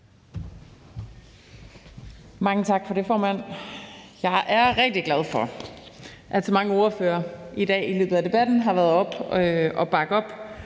Mange tak for det, formand. Jeg er rigtig glad for, at så mange ordførere i dag i løbet af debatten har været oppe og bakke op